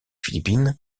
philippines